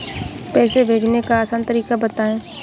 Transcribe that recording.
पैसे भेजने का आसान तरीका बताए?